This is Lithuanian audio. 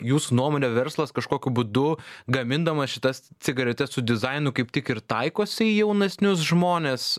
jūsų nuomone verslas kažkokiu būdu gamindamas šitas cigaretes su dizainu kaip tik ir taikosi į jaunesnius žmones